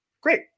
great